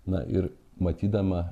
na ir matydama